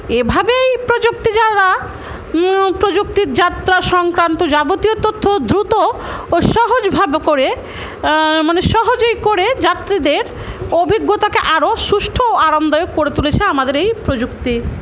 এভাবেই প্রযুক্তি যারা প্রযুক্তির যাত্রা সংক্রান্ত যাবতীয় তথ্য দ্রুত ও সহজভাবে করে মানে সহজেই করে যাত্রীদের অভিজ্ঞতাকে আরও সুষ্ঠ ও আরামদায়ক করে তুলেছে আমাদের এই প্রযুক্তি